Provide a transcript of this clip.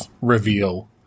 reveal